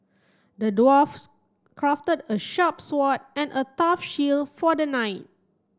the dwarfs crafted a sharp sword and a tough shield for the knight